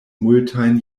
multajn